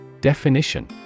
Definition